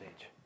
age